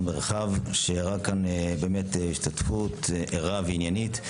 מרחב שהראה פה השתתפות ערה ועניינית,